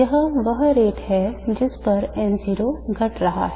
यह वह rate है जिस पर N0 घट रहा है